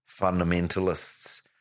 fundamentalists